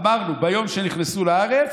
אמרנו: ביום שנכנסו לארץ,